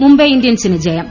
മുംബൈ ഇന്ത്യൻസിന് ജയം